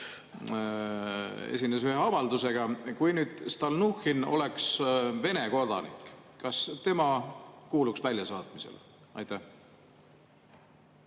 esines ühe avaldusega. Kui nüüd Stalnuhhin oleks Vene kodanik, kas tema kuuluks väljasaatmisele? See